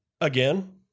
again